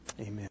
Amen